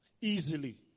Easily